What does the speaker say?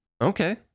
okay